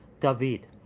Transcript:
David